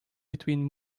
between